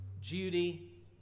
Judy